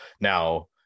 Now